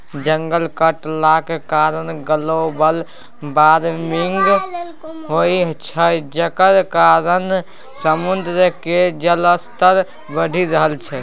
जंगल कटलाक कारणेँ ग्लोबल बार्मिंग होइ छै जकर कारणेँ समुद्र केर जलस्तर बढ़ि रहल छै